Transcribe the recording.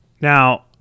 Now